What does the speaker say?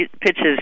pitches